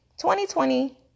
2020